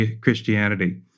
Christianity